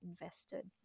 invested